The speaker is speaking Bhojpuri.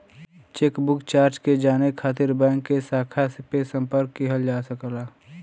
चेकबुक चार्ज के जाने खातिर बैंक के शाखा पे संपर्क किहल जा सकला